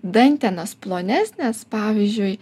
dantenos plonesnės pavyzdžiui